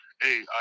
Hey